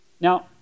Now